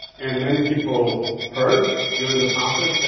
and many people hurt during the process, but